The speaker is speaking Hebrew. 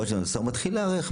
הוא מתחיל להיערך,